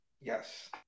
Yes